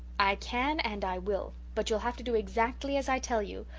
i can and i will. but you'll have to do exactly as i tell you.